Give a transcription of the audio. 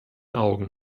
augen